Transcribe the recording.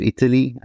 Italy